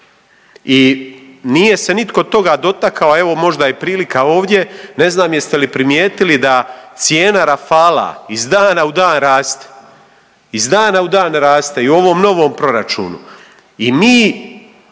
I nije se nitko toga dotakao, evo možda je i prilika ovdje. Ne znam jeste li primijetili da cijena Rafala iz dana u dan raste, iz dana u dan raste i u ovom novom proračunu. I mi